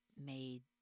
made